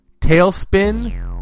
Tailspin